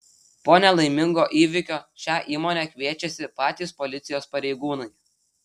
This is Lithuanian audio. po nelaimingo įvykio šią įmonę kviečiasi patys policijos pareigūnai